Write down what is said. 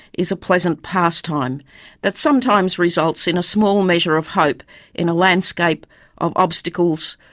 is a pleasant pastime that sometimes results in a small measure of hope in a landscape of obstacles,